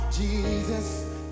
Jesus